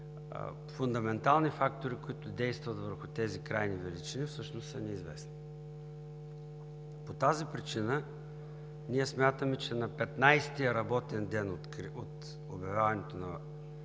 фундаментални фактори, които действат върху тези крайни величини, всъщност са неизвестни. По тази причина ние смятаме, че на 15-ия работен ден от обявяването на